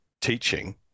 teaching